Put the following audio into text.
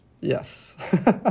Yes